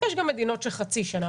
יש גם מדינות שחצי שנה,